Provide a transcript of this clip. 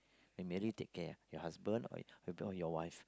then married take care of your husband or maybe or your wife